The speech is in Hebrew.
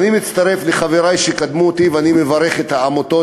אני מצטרף לחברי שקדמו לי ואני מברך את העמותות